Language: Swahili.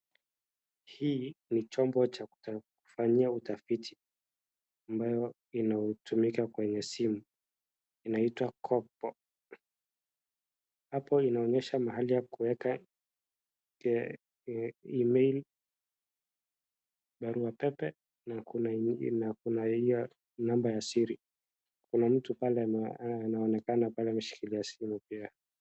Hii ni chombo cha kufanyia utafiti ambayo inatumika kwenye simu, inaitwa Kopo.,Hapo inaonyesh mahali ya kuweka E-mail , baru pepe na kuna ile namba ya siri .Kuna mwingine anaonekana kushika simu.